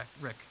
Rick